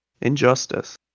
injustice